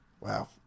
wow